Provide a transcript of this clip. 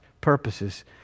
purposes